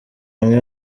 amwe